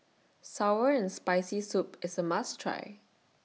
Sour and Spicy Soup IS A must Try